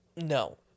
No